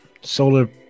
solar